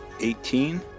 Eighteen